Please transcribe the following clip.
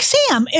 Sam